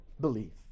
belief